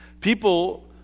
People